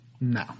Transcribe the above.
No